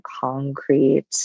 concrete